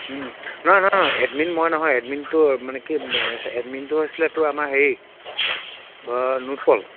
নহয় নহয় এডমিন মই নহয় এডমিনটো মানে কি এডমিনটো হৈছিলে তোৰ আমাৰ হেৰি